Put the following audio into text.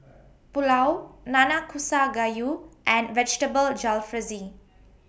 Pulao Nanakusa Gayu and Vegetable Jalfrezi